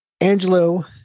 angelo